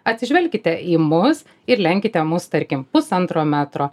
atsižvelkite į mus ir lenkite mus tarkim pusantro metro